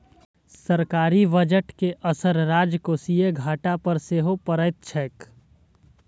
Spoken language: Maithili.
सरकारी बजट के असर राजकोषीय घाटा पर सेहो पड़ैत छैक